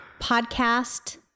podcast